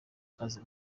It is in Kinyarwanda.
kazi